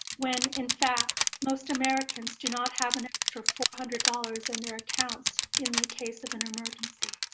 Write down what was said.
when in fact, most americans do not have an extra four hundred dollars in their accounts in the case of an emergency.